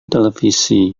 televisi